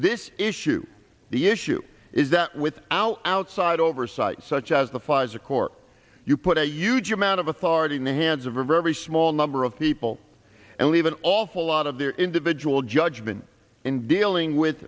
this issue the issue is that without outside oversight such as the pfizer court you put a huge amount of authority in the hands of a very small number of people and leave an awful lot of their individual judgment in dealing with